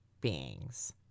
beings